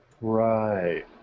Right